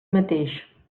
mateix